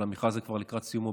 אבל המכרז הזה כבר לקראת סיומו.